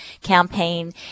campaign